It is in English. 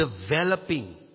developing